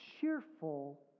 cheerful